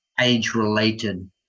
age-related